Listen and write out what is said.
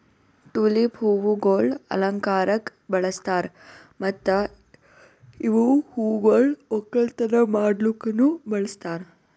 tulip ಹೂವುಗೊಳ್ ಅಲಂಕಾರಕ್ ಬಳಸ್ತಾರ್ ಮತ್ತ ಇವು ಹೂಗೊಳ್ ಒಕ್ಕಲತನ ಮಾಡ್ಲುಕನು ಬಳಸ್ತಾರ್